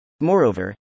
Moreover